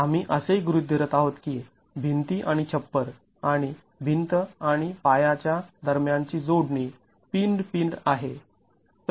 आम्ही असेही गृहीत धरत आहोत की भिंती आणि छप्पर आणि भिंत आणि पाया च्या दरम्यानची जोडणी पिन्ड् पिन्ड् आहे